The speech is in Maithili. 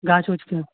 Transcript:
गाछ ओछके